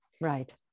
Right